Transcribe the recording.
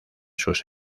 sus